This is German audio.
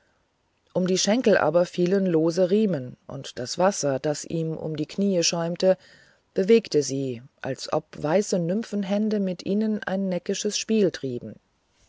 um die schenkel aber fielen lose riemen und das wasser das ihm um die knie schäumte bewegte sie als ob weiße nymphenhände mit ihnen ein neckisches